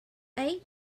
eight